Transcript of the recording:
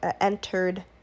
entered